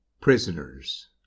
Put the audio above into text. Prisoners